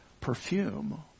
perfume